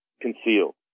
concealed